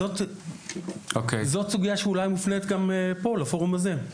זו סוגיה שמופנית גם לפה, לפורום הזה.